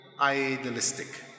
Idealistic